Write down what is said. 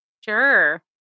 Sure